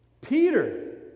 Peter